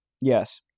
Yes